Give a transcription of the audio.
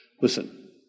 Listen